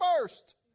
first